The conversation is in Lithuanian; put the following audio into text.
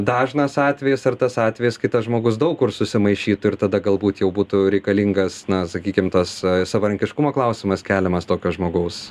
dažnas atvejis ar tas atvejis kai tas žmogus daug kur susimaišytų ir tada galbūt jau būtų reikalingas na sakykim tas savarankiškumo klausimas keliamas tokio žmogaus